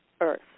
Earth